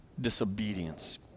disobedience